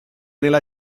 nella